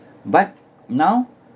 but now